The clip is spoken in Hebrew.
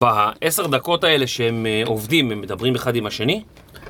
בעשר דקות האלה שהם עובדים, הם מדברים אחד עם השני